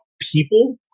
people